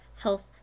health